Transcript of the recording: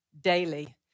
daily